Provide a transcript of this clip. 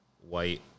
white